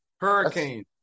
Hurricane